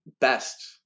best